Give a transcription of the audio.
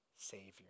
Savior